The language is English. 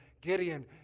Gideon